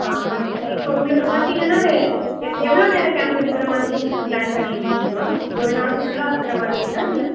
ஆ மற்ற இப்போ உங்களுக்கு பார்த்திங்கன்னா எவ் எவ்வளோ நேரம் கேம்ப் இருக்கிற மாதிரி நீங்கள் பிளான் பண்ணி இருக்கீங்கம்மா ஒரு நாள் ஃபுல்லாக இருக்கிற மாதிரியா இல்லை